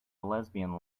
lesbian